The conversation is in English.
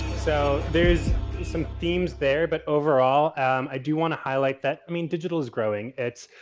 so there's some themes there. but overall i do want to highlight that, i mean, digital is growing, its,